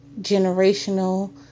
generational